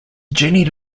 jenny